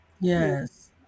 yes